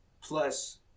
plus